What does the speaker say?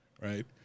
right